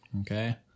Okay